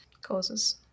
causes